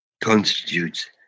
constitutes